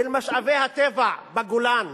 משאבי הטבע בגולן